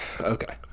Okay